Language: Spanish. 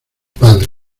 padre